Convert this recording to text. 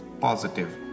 positive